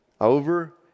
Over